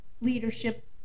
leadership